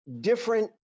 different